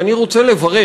ואני רוצה לברך.